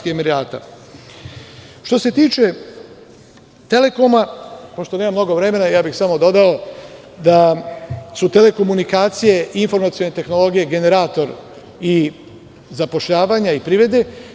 Što se tiče Telekoma, pošto nemam mnogo vremena, samo bih dodao da su telekomunikacije i informacije tehnologije generator i zapošljavanja i privrede.